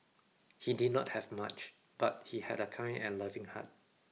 he did not have much but he had a kind and loving heart